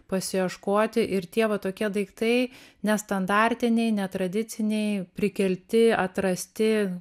pasiieškoti ir tie va tokie daiktai nestandartiniai netradiciniai prikelti atrasti